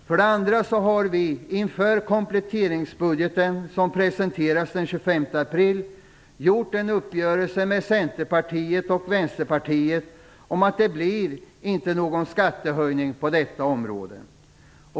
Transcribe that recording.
För det andra har vi inför kompletteringspropositionen, som presenteras den 25 Vänsterpartiet om att det inte skall bli någon skattehöjning på detta område.